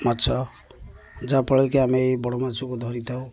ମାଛ ଯାହାଫଳରେ କି ଆମେ ଏଇ ବଡ଼ ମାଛକୁ ଧରିଥାଉ